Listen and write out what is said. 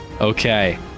Okay